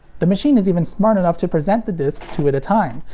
the machine is even smart enough to present the discs two at a time,